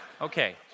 okay